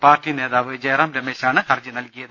party നേതാവ് ജയറാം രമേശാണ് ഹർജി നൽകിയത്